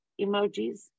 emojis